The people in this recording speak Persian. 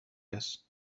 است